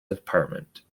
department